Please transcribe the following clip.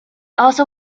also